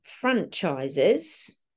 franchises